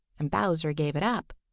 and bowser gave it up.